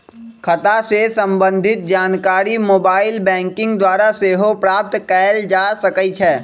खता से संबंधित जानकारी मोबाइल बैंकिंग द्वारा सेहो प्राप्त कएल जा सकइ छै